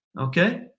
okay